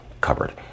covered